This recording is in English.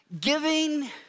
giving